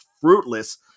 fruitless